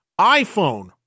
iPhone